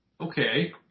Okay